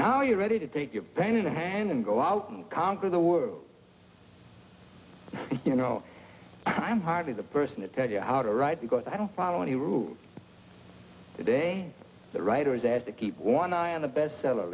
now you're ready to take your brain in the hand and go out conquer the world you know i'm hardly the person to tell you how to write because i don't follow any rules today the writer is asked to keep one eye on the bestseller